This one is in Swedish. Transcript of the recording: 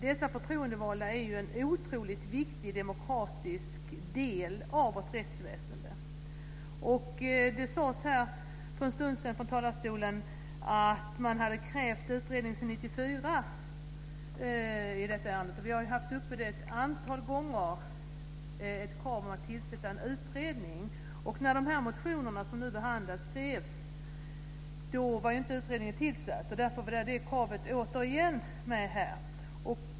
Dessa förtroendevalda är ju en otroligt viktig demokratisk del av vårt rättsväsende. Och det sades här för en stund sedan från talarstolen att man hade krävt utredning sedan 1994 i detta ärende, och vi har ett antal gånger haft ett krav om att tillsätta en utredning. När de här motionerna, som nu behandlas, skrevs var inte utredningen tillsatt. Därför var det kravet återigen med här.